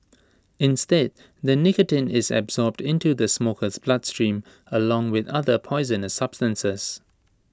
instead the nicotine is absorbed into the smoker's bloodstream along with other poisonous substances